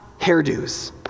hairdos